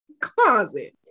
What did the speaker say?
closet